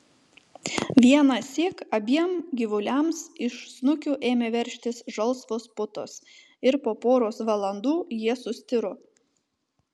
vienąsyk abiem gyvuliams iš snukių ėmė veržtis žalsvos putos ir po poros valandų jie sustiro